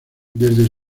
desde